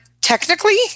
technically